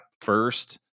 first